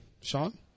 Sean